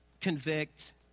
convict